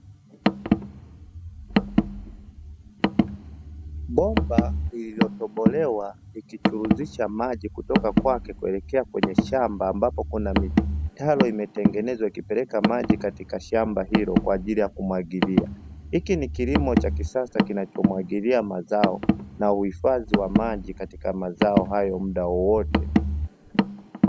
Bomba lililotobolewa likichuruzisha maji kutoka kwake kuelekea kwenye shamba ambapo kuna mitalo imetengenezwa ikipeleka maji katika shamba hilo kwa ajili ya kumwagilia. Hiki ni kilimo cha kisasa kinachomwagilia mazao na uhifadhi wa maji katika mazao hayo muda wowote.